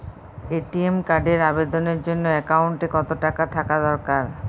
ATM কার্ডের আবেদনের জন্য অ্যাকাউন্টে কতো টাকা থাকা দরকার?